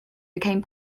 became